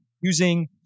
using